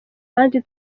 kandi